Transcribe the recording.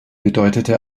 bedeutete